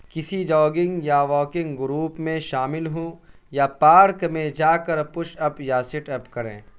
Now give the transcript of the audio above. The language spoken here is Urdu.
کسی جاگنگ یا واکنگ گروپ میں شامل ہوں یا پارک میں جا کر پش اپ یا سٹ اپ کریں